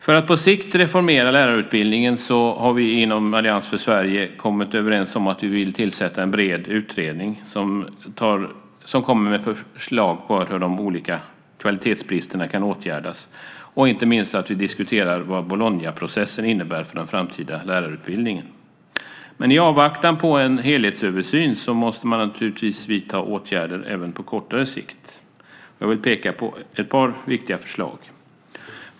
För att på sikt reformera lärarutbildningen har vi inom Allians för Sverige kommit överens om att vi vill tillsätta en bred utredning som kommer med förslag på hur de olika kvalitetsbristerna kan åtgärdas och inte minst att vi diskuterar vad Bolognaprocessen innebär för den framtida lärarutbildningen. Men i avvaktan på en helhetsöversyn måste man naturligtvis vidta åtgärder även på kortare sikt. Jag vill peka på ett par viktiga förslag.